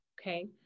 okay